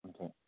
Okay